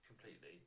Completely